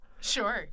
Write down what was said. Sure